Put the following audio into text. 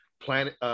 Planet